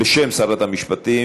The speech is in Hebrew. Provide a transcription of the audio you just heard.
בשם שרת המשפטים,